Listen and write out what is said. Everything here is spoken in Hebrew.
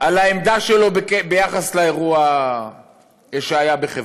על העמדה שלו ביחס לאירוע שהיה בחברון.